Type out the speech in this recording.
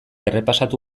errepasatu